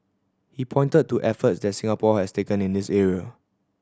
he pointed to efforts that Singapore has taken in this area